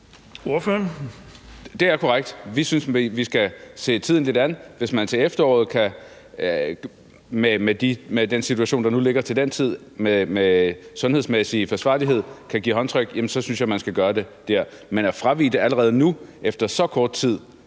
(KF): Det er korrekt. Vi synes, vi skal se tiden an. Hvis man til efteråret med den situation, der nu er til den tid, med sundhedsmæssig forsvarlighed kan give håndtryk, synes jeg, man skal gøre det der. Men at fravige det allerede nu efter så kort tid,